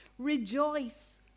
Rejoice